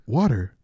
water